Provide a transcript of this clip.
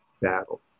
battle